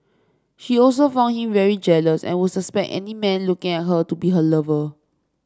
she also found him very jealous and would suspect any man looking at her to be her lover